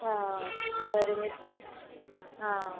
ಹಾಂ ಸರಿ ಮಿಸ್ ಮಾ ಹಾಂ